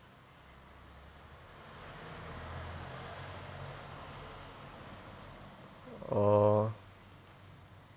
oh